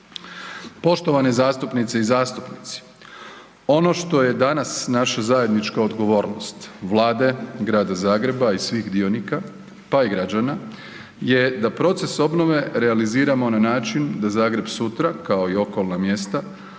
Poštovane zastupnice i zastupnici, ono što je danas naša zajednička odgovornost vlade, Grada Zagreba i svih dionika, pa i građana je da proces obnove realiziramo na način da Zagreb sutra, kao i okolna mjesta,